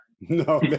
No